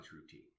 routine